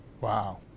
Wow